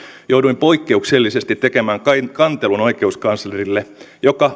jouduin poikkeuksellisesti tekemään kantelun oikeuskanslerille joka